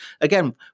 again